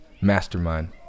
mastermind